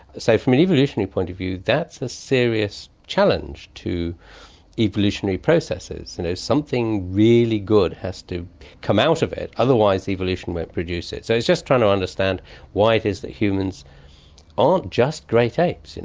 so from an evolutionary point of view that's a serious challenge to evolutionary processes. and something really good has to come out of it, otherwise evolution won't produce it. so it's just trying to understand why it is that humans aren't just great apes, and